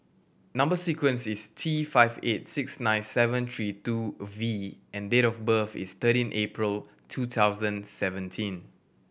number sequence is T five eight six nine seven three two a V and date of birth is thirteen April two thousand seventeen